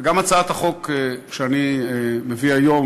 וגם הצעת החוק שאני מביא היום,